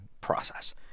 process